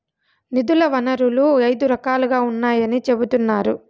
నిధుల వనరులు ఐదు రకాలుగా ఉన్నాయని చెబుతున్నారు